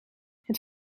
het